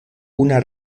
una